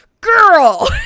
girl